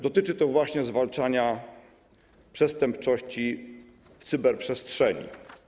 Dotyczy to właśnie zwalczania przestępczości w cyberprzestrzeni.